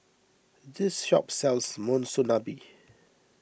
this shop sells Monsunabe